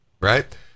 Right